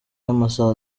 y’amasaha